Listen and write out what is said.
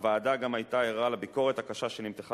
הוועדה גם היתה ערה לביקורת הקשה שנמתחה